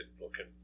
looking